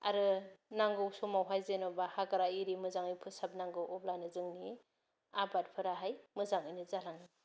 आरो नांगौ समावहाय जेन'बा हाग्रा एरि मोजाङै फोसाबनांगौ अब्लानो जोंनि आबादफोरा हाय मोजाङैनो जालाङो